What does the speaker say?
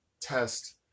test